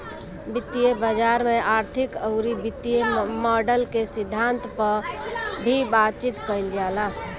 वित्तीय बाजार में आर्थिक अउरी वित्तीय मॉडल के सिद्धांत पअ भी बातचीत कईल जाला